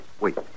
Wait